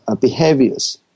behaviors